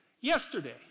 Yesterday